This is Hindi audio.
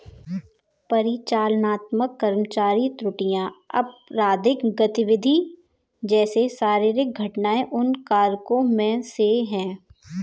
परिचालनात्मक कर्मचारी त्रुटियां, आपराधिक गतिविधि जैसे शारीरिक घटनाएं उन कारकों में से है